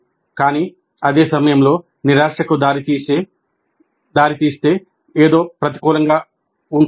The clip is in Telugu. కానీ అదే సమయంలో నిరాశకు దారితీసే ఏదో ప్రతికూలంగా ఉంటుంది